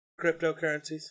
cryptocurrencies